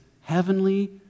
heavenly